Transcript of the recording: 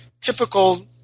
typical